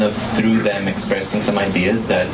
of threw them express in some ideas that